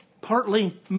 partly